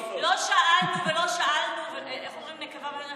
לא שאלנו ולא שאלנו, איך אומרים בנקבה?